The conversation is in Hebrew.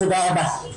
תודה רבה.